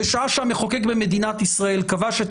בשעה שהמחוקק במדינת ישראל קבע שאת